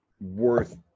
worth